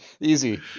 Easy